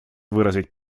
выразить